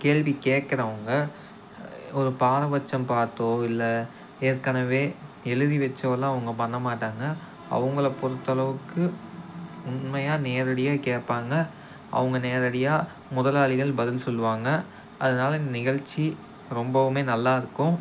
கேள்வி கேக்கிறவங்க ஒரு பாரபட்சம் பார்த்தோ இல்லை ஏற்கனவே எழுதி வச்சலாம் அவங்க பண்ணமாட்டாங்க அவங்கள பொறுத்தளவுக்கு உண்மையாக நேரடியாக கேட்பாங்க அவங்க நேரடியாக முதலாளிகள் பதில் சொல்வாங்க அதனால நிகழ்ச்சி ரொம்பவும் நல்லாயிருக்கும்